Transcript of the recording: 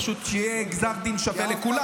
פשוט שיהיה דין שווה לכולם,